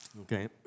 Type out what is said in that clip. Okay